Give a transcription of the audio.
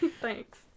thanks